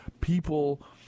people